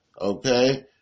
okay